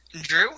Drew